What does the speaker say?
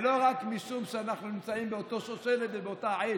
ולא רק משום שאנחנו נמצאים באותו שושלת ובאותו עץ,